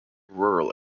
rural